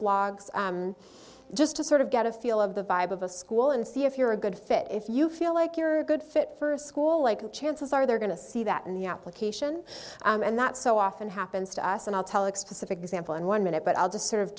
blogs just to sort of get a feel of the vibe of a school and see if you're a good fit if you feel like you're a good fit for a school like chances are they're going to see that in the application and that so often happens to us and i'll tell it specific example in one minute but i'll just sort of